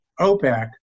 OPEC